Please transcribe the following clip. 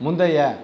முந்தைய